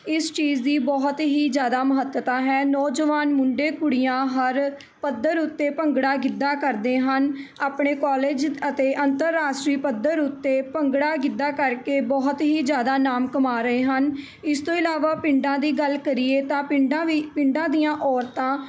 ਇਸ ਚੀਜ਼ ਦੀ ਬਹੁਤ ਹੀ ਜ਼ਿਆਦਾ ਮਹੱਤਤਾ ਹੈ ਨੌਜਵਾਨ ਮੁੰਡੇ ਕੁੜੀਆਂ ਹਰ ਪੱਧਰ ਉੱਤੇ ਭੰਗੜਾ ਗਿੱਧਾ ਕਰਦੇ ਹਨ ਆਪਣੇ ਕਾਲਜ ਅਤੇ ਅੰਤਰਰਾਸ਼ਟਰੀ ਪੱਧਰ ਉੱਤੇ ਭੰਗੜਾ ਗਿੱਧਾ ਕਰਕੇ ਬਹੁਤ ਹੀ ਜ਼ਿਆਦਾ ਨਾਮ ਕਮਾ ਰਹੇ ਹਨ ਇਸ ਤੋਂ ਇਲਾਵਾ ਪਿੰਡਾਂ ਦੀ ਗੱਲ ਕਰੀਏ ਤਾਂ ਪਿੰਡਾਂ ਵੀ ਪਿੰਡਾਂ ਦੀਆਂ ਔਰਤਾਂ